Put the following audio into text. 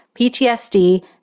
PTSD